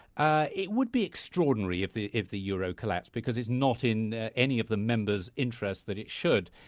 ah it would be extraordinary if the if the euro collapsed because it's not in any of the members' interest that it should.